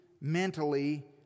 Mentally